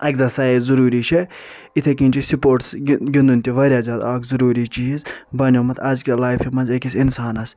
exercise ضروٗری چھِ یِتھے کٔنۍ چھُ سپورٹٕس گِندُن تہِ واریاہ زیادٕ اَکھ ضروٗری چیٖز بنیٛاومُت آز کہِ لایفہِ منٛز اکِس انسانس